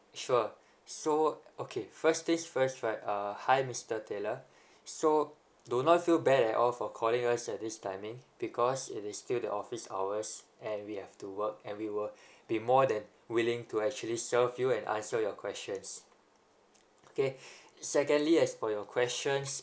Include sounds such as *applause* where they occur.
sure so okay first thing first right uh hi mister taylor so do not feel bad at all for calling us at this timing because it is still the office hours and we have to work and we will *breath* be more than willing to actually serve you and answer your questions okay *breath* secondly as for your questions